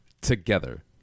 Together